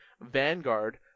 Vanguard